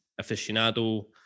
aficionado